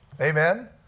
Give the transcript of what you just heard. Amen